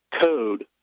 Code